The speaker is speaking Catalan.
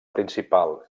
principal